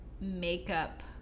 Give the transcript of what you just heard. makeup